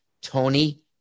Tony